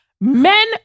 Men